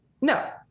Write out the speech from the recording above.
No